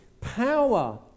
power